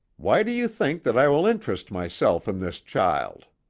why do you think that i will interest myself in this child?